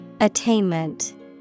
Attainment